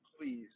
please